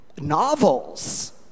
novels